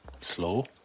slow